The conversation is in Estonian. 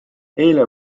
eile